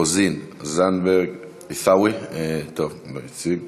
רוזין, זנדברג, עיסאווי, טוב, כבר הציג.